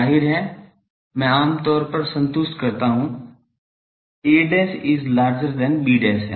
जाहिर है मैं आमतौर पर संतुष्ट करता हूं a is larger than b है